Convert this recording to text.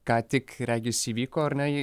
ką tik regis įvyko ar ne